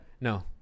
No